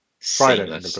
Friday